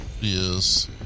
Yes